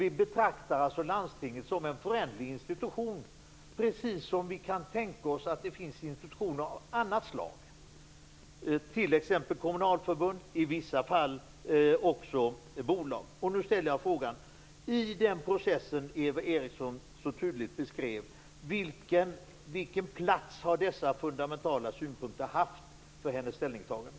Vi betraktar alltså landstinget som en föränderlig institution, precis som vi kan tänka oss när det gäller institutioner av annat slag, t.ex. kommunalförbund och i vissa fall också bolag. Jag vill nu ställa frågan: Vilken plats har dessa fundamentala synpunkter haft för Eva Erikssons ställningstagande i den process som hon så tydligt beskrev?